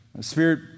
Spirit